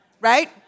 Right